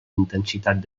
intensitat